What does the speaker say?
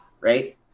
right